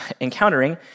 encountering